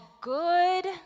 good